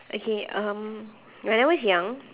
okay um when I was young